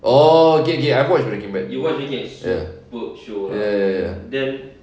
oh okay okay I watch breaking bad ya ya ya ya ya